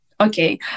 Okay